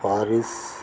Paris